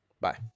Bye